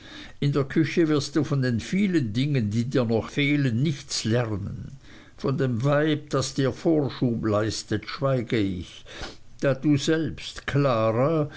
in der küche wirst du von den vielen dingen die dir noch fehlen nichts lernen von dem weib das dir vorschub leistet schweige ich da du selbst klara